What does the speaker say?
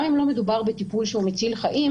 גם אם לא מדובר בטיפול שהוא מציל חיים